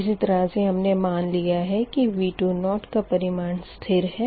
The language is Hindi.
इस तरह से हमने मान लिया है कि V20 का परिमाण स्थिर है